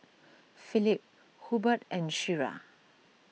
Phillip Hubbard and Shira